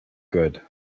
good